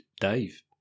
Dave